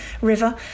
River